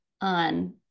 on